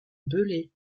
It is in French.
belley